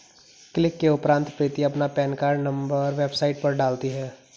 click के उपरांत प्रीति अपना पेन कार्ड नंबर वेबसाइट पर डालती है